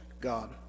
god